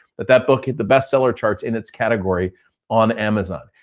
but that book, hit the bestseller charts in its category on amazon.